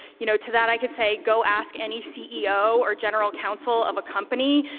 you know, to that i can say go ask any ceo or general counsel of a company,